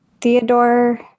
Theodore